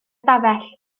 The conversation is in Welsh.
ystafell